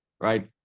right